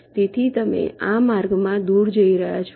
તેથી તમે આ માર્ગમાં દૂર જઈ રહ્યા છો